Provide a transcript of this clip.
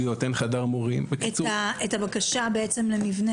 לראות את זה, זה באמת כאב לב.